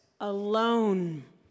alone